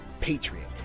patriot